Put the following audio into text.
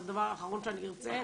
אז זה הדבר האחרון שאני ארצה.